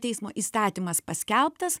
teismo įstatymas paskelbtas